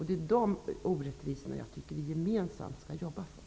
Det är de orättvisorna som jag tycker att vi gemensamt skall jobba för.